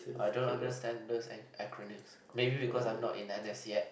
I don't understand these ac~ acronym maybe because I'm not in n_s yet